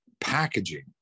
Packaging